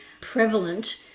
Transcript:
prevalent